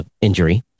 injury